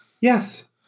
Yes